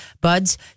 buds